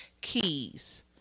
keys